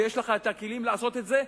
יש לך כלים לעשות את זה,